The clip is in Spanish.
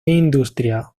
industria